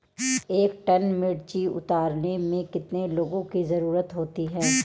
एक टन मिर्ची उतारने में कितने लोगों की ज़रुरत होती है?